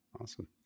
Awesome